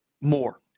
more